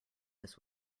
this